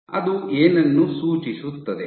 ಅದು ಏನನ್ನು ಸೂಚಿಸುತ್ತದೆ